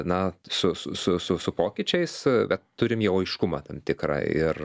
na su su su su pokyčiais bet turim jau aiškumą tam tikrą ir